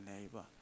neighbor